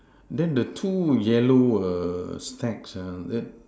then the two yellow err stacks ah that